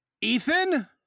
Ethan